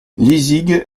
lizig